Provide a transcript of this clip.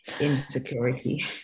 insecurity